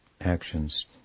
actions